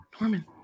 Norman